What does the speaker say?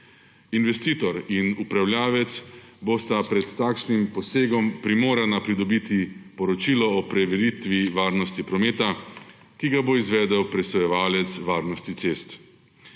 Investitor in upravljavec bosta pred takšnim posegom primorana pridobiti poročilo o preveritvi varnosti prometa, ki ga bo izvedel presojevalec varnosti cest.